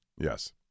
Yes